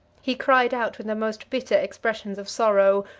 he cried out with the most bitter expressions of sorrow,